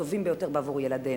הטובים ביותר עבור ילדינו,